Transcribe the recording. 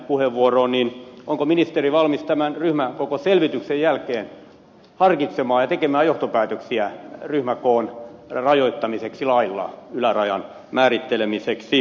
arhinmäen puheenvuoroon onko ministeri valmis tämän ryhmäkokoselvityksen jälkeen harkitsemaan ja tekemään johtopäätöksiä ryhmäkoon rajoittamiseksi lailla ylärajan määrittelemiseksi